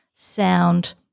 sound